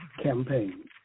campaign